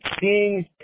seeing